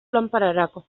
lanpararako